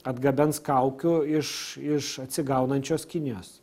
atgabens kaukių iš iš atsigaunančios kinijos